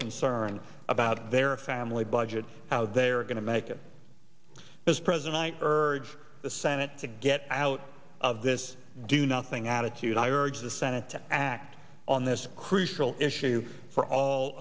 concern about their family budget how they are going to make it as president i urge the senate to get out of this do nothing attitude i urge the senate to act on this crucial issue for all